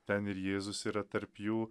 ten ir jėzus yra tarp jų